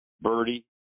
birdie